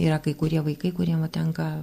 yra kai kurie vaikai kuriem va tenka